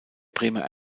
bremer